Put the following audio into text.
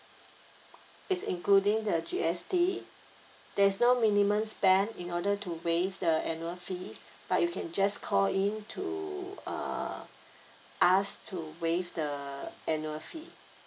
it's including the G_S_T there's no minimum spend in order to waive the annual fee but you can just call in to uh ask to waive the annual fee